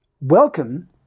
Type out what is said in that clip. Welcome